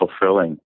fulfilling